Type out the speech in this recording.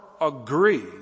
Agree